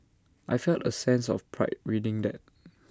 I felt A sense of pride reading that